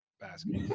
basket